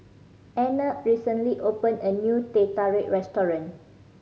Anna recently open a new Teh Tarik restaurant